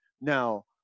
Now